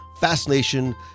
fascination